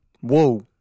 Whoa